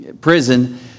prison